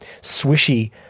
swishy